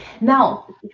now